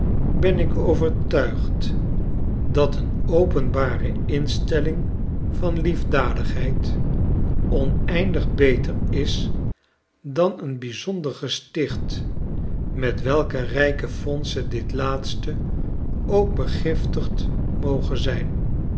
ben ik overtuigd dat een openbare instellig van liefdadigheid oneindig beter is dan een bijzonder gesticht met welke rijke fondsen dit laatste ook begiftigd moge zijn